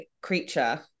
creature